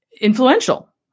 Influential